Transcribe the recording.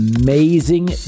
amazing